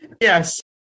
Yes